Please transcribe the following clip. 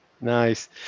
nice